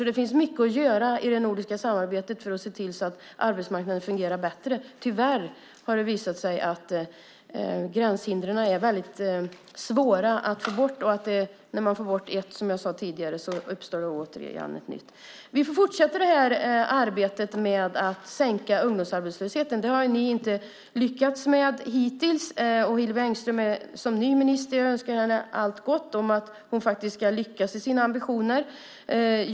Det finns mycket att göra i det nordiska samarbetet för att se till att arbetsmarknaden fungerar bättre. Tyvärr har det visat sig att gränshindren är mycket svåra att få bort, och när man får bort ett uppstår det återigen ett nytt. Vi får fortsätta arbetet med att sänka ungdomsarbetslösheten. Det har ni hittills inte lyckats med. Jag önskar Hillevi Engström som ny minister allt gott och att hon faktiskt ska lyckas i sina ambitioner.